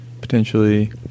potentially